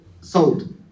sold